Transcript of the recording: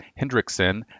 Hendrickson